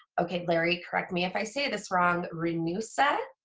okay larry correct me if i say this wrong, renewusa.